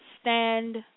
Stand